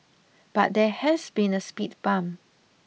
but there has been a speed bump